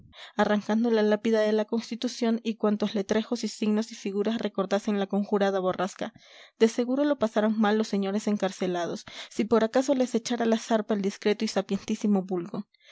arrancando la lápida de la constitución y cuantos letreros y signos y figuras recordasen la conjurada borrasca de seguro lo pasaran mal los señores encarcelados si por acaso les echara la zarpa el discreto y sapientísimo vulgo